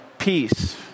Peace